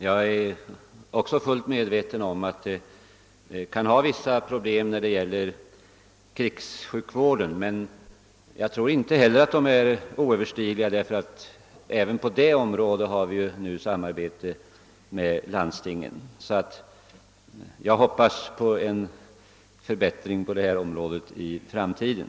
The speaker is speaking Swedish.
Jag är också fullt medveten om att vissa problem kan uppstå i fråga om krigssjukvården, men jag tror inte heller att dessa svårigheter är oöverstigliga. Även på detta område har vi ju nu samarbete med landstingen. Jag hoppas alltså på en förbättring i detta avseende i framtiden.